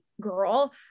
girl